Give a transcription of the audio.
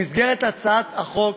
במסגרת הצעת החוק